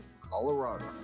Colorado